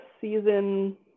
season